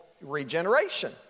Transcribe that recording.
regeneration